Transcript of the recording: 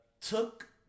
Took